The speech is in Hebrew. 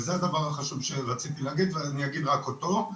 וזה הדבר החשוב שרציתי להגיד, ואני אגיד רק אותו.